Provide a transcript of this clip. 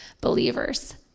believers